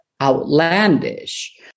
outlandish